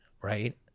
right